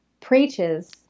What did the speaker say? preaches